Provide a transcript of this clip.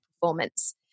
performance